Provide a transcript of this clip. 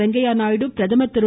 வெங்கய்ய நாயுடு பிரதமர் திரு